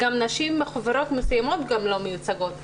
גם נשים מחברות מסוימות לא מיוצגות.